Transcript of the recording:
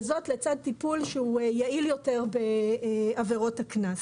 וזאת לצד טיפול שהוא יעיל יותר בעבירות הקנס.